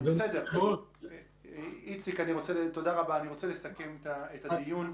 איציק, תודה רבה, אני רוצה לסכם את הדיון.